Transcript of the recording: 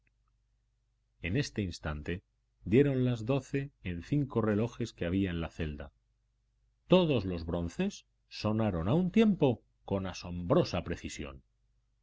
en este instante dieron las doce en cinco relojes que había en la celda todos los bronces sonaron a un tiempo con asombrosa precisión